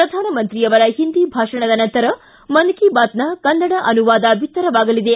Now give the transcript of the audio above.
ಪ್ರಧಾನಮಂತ್ರಿ ಅವರ ಹಿಂದಿ ಭಾಷಣದ ನಂತರ ಮನ್ ಕಿ ಬಾತ್ನ ಕನ್ನಡ ಅನುವಾದ ಬಿತ್ತರವಾಗಲಿದೆ